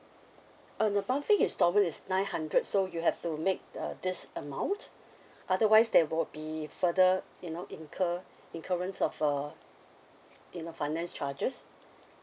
uh the monthly instalment is nine hundred so you have to make uh this amount otherwise that would be further you know incur incurrence of uh you know finance charges